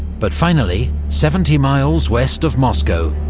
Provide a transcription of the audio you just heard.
but finally, seventy miles west of moscow,